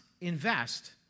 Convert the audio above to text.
invest